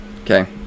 Okay